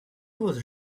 was